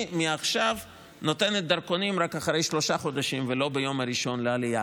מעכשיו אני נותנת דרכונים רק אחרי שלושה חודשים ולא ביום הראשון לעלייה.